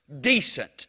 decent